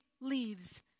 leaves